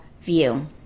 view